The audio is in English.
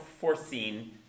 foreseen